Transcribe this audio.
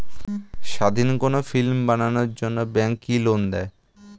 স্বাধীন কোনো ফিল্ম বানানোর জন্য ব্যাঙ্ক কি লোন দেয়?